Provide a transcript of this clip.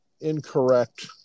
incorrect